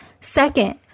Second